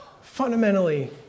Fundamentally